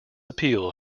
appeal